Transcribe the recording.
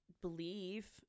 believe